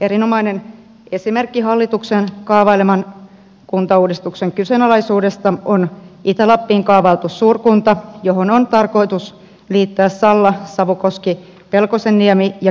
erinomainen esimerkki hallituksen kaavaileman kuntauudistuksen kyseenalaisuudesta on itä lappiin kaavailtu suurkunta johon on tarkoitus liittää salla savukoski pelkosenniemi ja kemijärvi